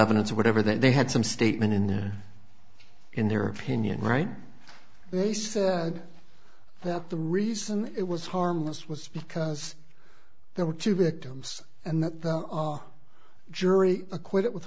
evidence whatever that they had some statement in there in their opinion right they said that the reason it was harmless was because there were two victims and that the jury acquitted with